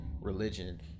religion